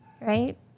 right